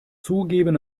zugeben